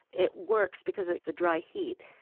it works because of the dry heat.